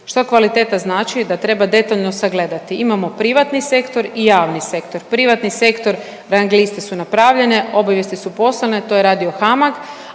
Što kvaliteta znači? Da treba detaljno sagledati. Imamo privatni sektor i javni sektor. Privatni sektor, rang liste su napravljene, obavijesti su poslane, to je radio HAMAG,